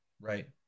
Right